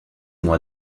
moi